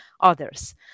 others